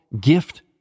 gift